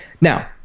Now